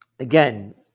Again